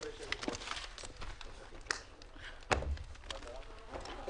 הישיבה ננעלה בשעה 15:05.